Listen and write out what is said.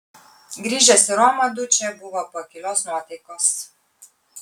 grįžęs į romą dučė buvo pakilios nuotaikos